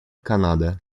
канада